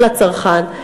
הן לצרכן,